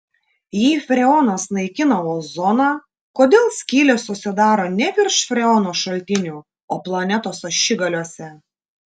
jei freonas naikina ozoną kodėl skylės susidaro ne virš freono šaltinių o planetos ašigaliuose